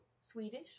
Swedish